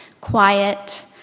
quiet